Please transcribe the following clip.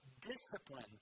discipline